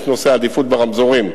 יש נושא העדיפות ברמזורים,